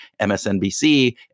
MSNBC